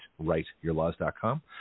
writeyourlaws.com